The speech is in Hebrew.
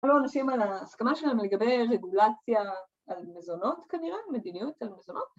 ‫אנחנו לא נושאים על ההסכמה שלנו ‫לגבי רגולציה על מזונות כנראה, ‫מדיניות על מזונות.